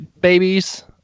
babies